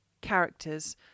Characters